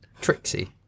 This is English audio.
Trixie